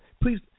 Please